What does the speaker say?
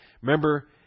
Remember